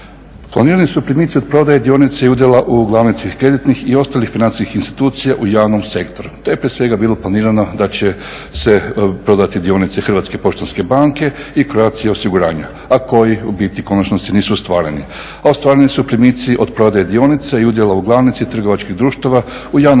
Planirani su primici od prodaje dionica i udjela u glavnici kreditnih i ostalih financijskih institucija u javnom sektoru. To je prije svega bilo planirano da će se prodati dionice Hrvatske poštanske banke i Croatia osiguranja a koji u biti u konačnosti nisu ostvareni. A ostvareni su primici od prodaje dionica i udjela u glavnici trgovačkih društava u javnom sektoru